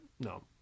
no